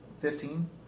Fifteen